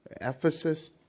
Ephesus